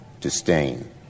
disdain